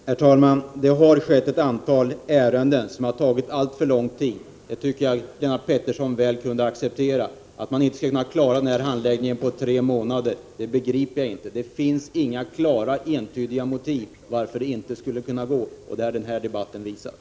Herr talman! Det har förekommit ett antal ärenden som har tagit alltför lång tid, det tycker jag Lennart Pettersson kunde erkänna. Att man inte skall kunna klara denna handläggning på tre månader begriper jag inte. Det finns inga klara, entydiga skäl till att det inte skulle kunna gå, det har den här debatten visat.